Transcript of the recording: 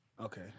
Okay